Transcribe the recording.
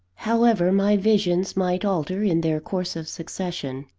however my visions might alter in their course of succession,